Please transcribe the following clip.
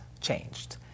changed